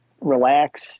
relax